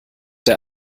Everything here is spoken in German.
der